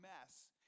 mess